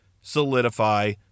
solidify